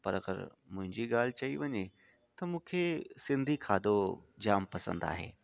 पर अगरि मुंहिंजी ॻाल्हि चई वञे त मूंखे सिंधी खाधो जामु पसंदि आहे